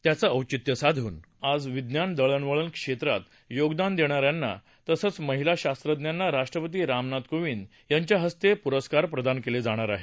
त्याचं औचित्य साधून आज विज्ञान दळणवळण क्षेत्रात योगदान देणाऱ्यांना तसंच महिला शास्त्रज्ञांना राष्ट्रपती रामनाथ कोविंद यांच्याहस्ते पुरस्कार प्रदान केले जाणार आहेत